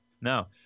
no